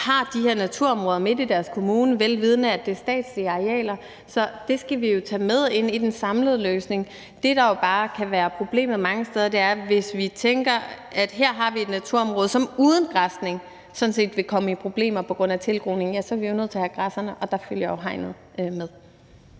har de her naturområder midt i deres kommune – velvidende at det er statslige arealer. Det skal vi jo tage med ind i den samlede løsning. Det, der bare kan være problemet mange steder, er, hvis vi her har et naturområde, som uden græsning sådan set vil komme i problemer på grund af tilgroning, er vi jo nødt til at have græsserne, og der følger jo et hegn med.